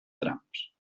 trams